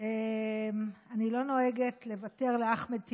אני לא נוהגת לוותר לאחמד טיבי.